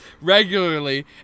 regularly